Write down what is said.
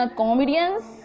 comedians